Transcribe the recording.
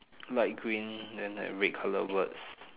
light green then like red colour words